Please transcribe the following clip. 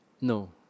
No